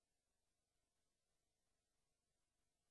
מעל